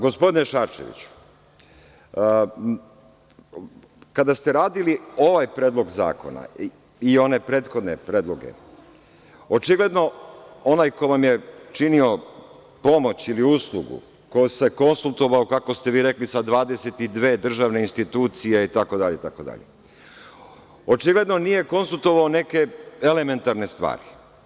Gospodine Šarčeviću, kada ste radili ovaj predlog zakona i one prethodne predloge, očigledno onaj ko vam je činio pomoć ili uslugu, ko se konsultovao, kako ste vi rekli, sa 22 državne institucije itd, očigledno nije konsultovao neke elementarne stvari.